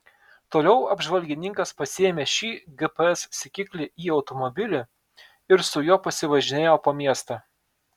toliau apžvalgininkas pasiėmė šį gps sekiklį į automobilį ir su juo pasivažinėjo po miestą